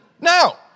now